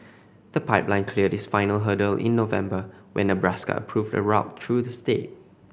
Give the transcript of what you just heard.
the pipeline cleared its final hurdle in November when Nebraska approved a route through the state